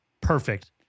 Perfect